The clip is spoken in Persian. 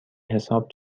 حساب